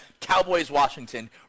Cowboys-Washington